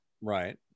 Right